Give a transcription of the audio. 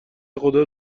خدا